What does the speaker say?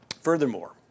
Furthermore